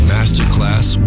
Masterclass